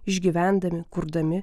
išgyvendami kurdami